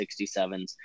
67s